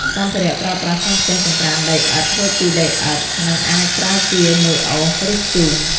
សម្ភារៈប្រើប្រាស់ក្នុងផ្ទះចង្ក្រានដីឥដ្ឋ ធ្វើពីដីឥដ្ឋ និងអាចប្រើជាមួយអុស ឬធ្យូង។